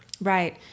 Right